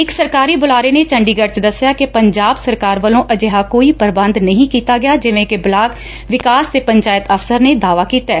ਇਕ ਸਰਕਾਰੀ ਬੁਲਾਰੇ ਨੇ ਚੰਡੀਗੜ ਚ ਦਸਿਆ ਕਿ ਪੰਜਾਬ ਸਰਕਾਰ ਵੱਲੋ ਅਜਿਹਾ ਕੋਈ ਪ੍ਰਬੰਧ ਨਹੀ ਕੀਤਾ ਗਿਆ ਜਿਵੇਂ ਕਿ ਬਲਾਕ ਵਿਕਾਸ ਤੇ ਪੰਚਾਇਤ ਅਫਸਰ ਨੇ ਦਾਅਵਾ ਕੀਤੈ